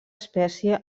espècie